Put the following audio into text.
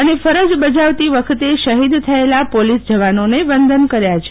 અને ફરજ બજાવતી વખતે શહીદ થયેલા પોલીસ જવાનોને વંદન કર્યા છે